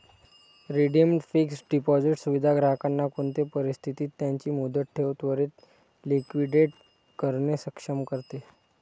redeemed fixed deposit सुविधा ग्राहकांना कोणते परिस्थितीत त्यांची मुदत ठेव त्वरीत लिक्विडेट करणे सक्षम करते